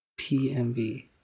PMV